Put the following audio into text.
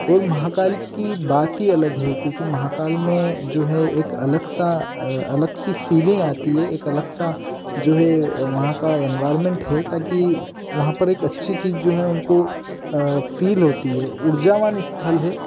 और महाकाल की बात ही अलग है क्योंकि महाकाल में जो है एक अलग सा अलग सी फीलिंग आती है एक अलग सा जो है वहाँ का एनवायरमेंट है ताकि वहाँ पर एक अच्छी चीज़ जो है उनको फील होती है ऊर्जावान स्थल है